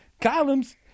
Columns